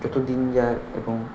যত দিন যায় এখন